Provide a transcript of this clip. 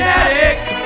addicts